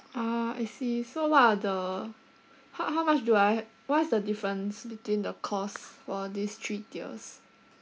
ah I see so what are the how how much do I ha~ what is the difference between the cost for these three tiers